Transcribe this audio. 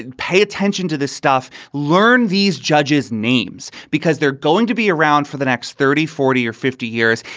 and pay attention to this stuff. learn these judges names because they're going to be around for the next thirty, forty or fifty years.